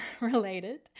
related